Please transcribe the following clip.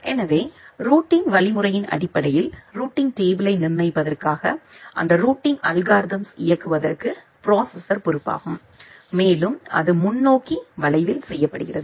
எனவேரூட்டிங் வழிமுறையின் அடிப்படையில் ரூட்டிங் டேபிளை நிர்மாணிப்பதற்காக அந்த ரூட்டிங் அல்கோரிதம்ஸ் இயக்குவதற்கு ப்ரோசெசர் பொறுப்பாகும் மேலும் அது முன்னோக்கி வளைவில் செய்யப்படுகிறது